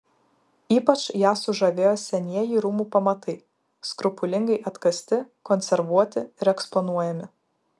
ypač ją sužavėjo senieji rūmų pamatai skrupulingai atkasti konservuoti ir eksponuojami